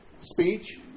speech